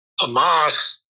Hamas